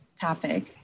topic